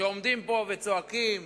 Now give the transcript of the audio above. שעומדים פה וצועקים